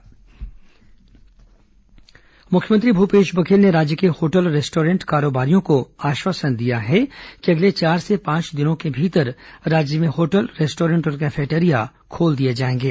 hotel restaurant मुख्यमंत्री भूपेश बघेल ने राज्य के होटल और रेस्टॉरेंट कारोबारियों को आश्वासन दिया है कि अगले चार से पांच दिनों के भीतर राज्य में होटल रेस्टॉरेंट और कैफेटेरिया खोल दिए जाएंगे